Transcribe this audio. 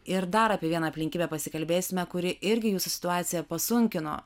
ir dar apie vieną aplinkybę pasikalbėsime kuri irgi jūsų situaciją pasunkino